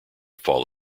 fall